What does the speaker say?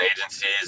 agencies